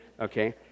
okay